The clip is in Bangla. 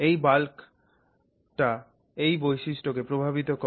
এই বাল্কটা এই বৈশিষ্ট্যকে প্রভাবিত করে